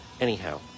Anyhow